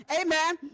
Amen